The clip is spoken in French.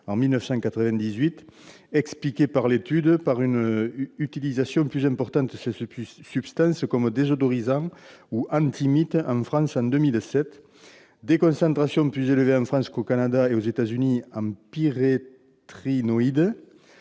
en 1998, expliquée dans l'étude par une utilisation plus importante de cette substance comme désodorisant ou antimite en France en 2007. Elle avait enfin relevé des concentrations plus élevées en France qu'au Canada et aux États-Unis en pyréthrinoïdes,